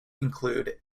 include